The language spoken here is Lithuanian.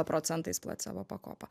procentais placebo pakopa